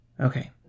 Okay